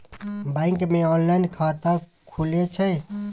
Bank मे online खाता खुले छै?